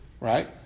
right